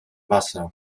wasser